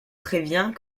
prévient